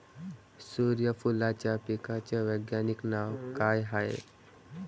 सुर्यफूलाच्या पिकाचं वैज्ञानिक नाव काय हाये?